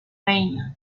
reina